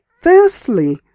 Firstly